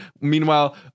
Meanwhile